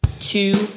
two